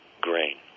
grain